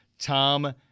Tom